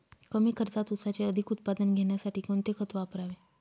कमी खर्चात ऊसाचे अधिक उत्पादन घेण्यासाठी कोणते खत वापरावे?